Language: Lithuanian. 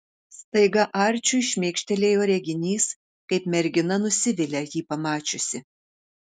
staiga arčiui šmėkštelėjo reginys kaip mergina nusivilia jį pamačiusi